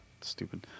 Stupid